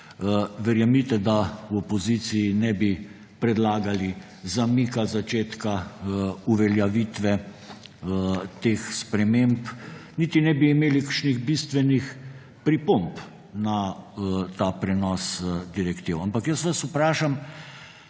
verjemite, da v opoziciji ne bi predlagali zamika začetka uveljavitve teh spremembe niti ne bi imeli kakšnih bistvenih pripomb na ta prenos direktiv. Ampak jaz vas vprašam,